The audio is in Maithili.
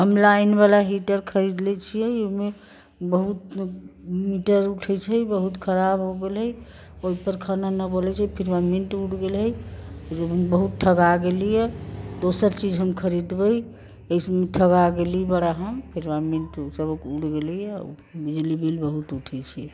हम लाइन बला हीटर खरीदले छियै ओहिमे बहुत मीटर उठै छै बहुत खराब हो गेलै ओहि पर खाना नहि बनै छै फ़िलामेंट टूट गेलै बहुत ठगा गेलीय दोसर चीज हम खरीदबै एहि सबमे हम ठगा गेली बड़ा हम फ़िलामेंट सब टूट गेलै बिजली बिल बहुत उठय छै